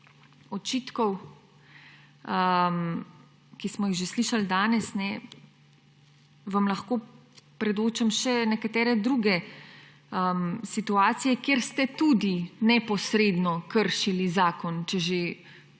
očitkov, ki smo jih danes že slišali, vam lahko predočim še nekatere druge situacije, kjer ste tudi neposredno kršili zakon, če že